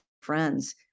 friends